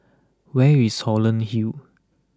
where is Holland Hill